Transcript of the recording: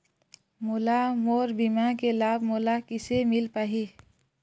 मोला मोर बीमा के लाभ मोला किसे मिल पाही?